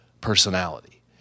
personality